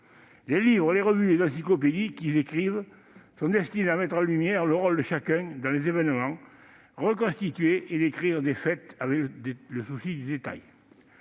Les livres, les revues et les encyclopédies qu'ils écrivent sont destinés à mettre en lumière le rôle de chacun dans les événements, à reconstituer et décrire des faits avec le souci du détail.